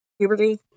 puberty